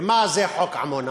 ומה זה חוק עמונה?